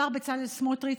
השר בצלאל סמוטריץ',